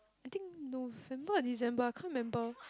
I think November or December I can't remember